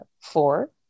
four